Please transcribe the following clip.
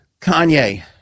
Kanye